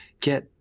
get